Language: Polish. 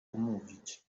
umówić